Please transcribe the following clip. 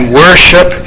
worship